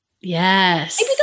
Yes